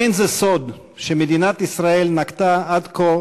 אין זה סוד שמדינת ישראל נקטה עד כה